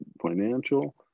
financial